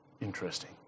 Interesting